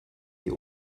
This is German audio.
die